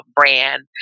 brand